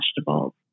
vegetables